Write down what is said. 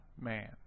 man